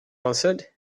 answered